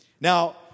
Now